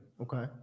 Okay